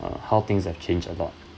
uh how things have changed a lot